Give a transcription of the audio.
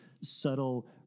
subtle